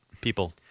people